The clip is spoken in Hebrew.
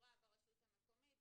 ברורה ברשות המקומית.